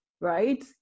right